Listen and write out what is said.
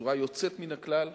בצורה יוצאת מן הכלל.